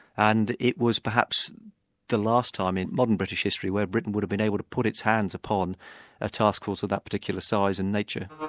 and it was perhaps the last time in modern british history where britain would have been able to put its hands upon a task force of that particular size and nature.